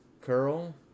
Curl